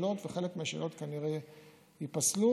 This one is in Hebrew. וחלק מהשאלות כנראה ייפסלו,